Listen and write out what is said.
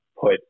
put